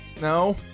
No